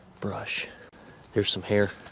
brush there's some hair